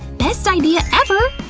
best idea ever!